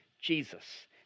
Jesus